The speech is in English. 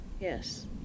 Yes